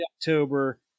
October